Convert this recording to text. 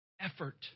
effort